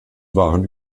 waren